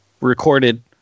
recorded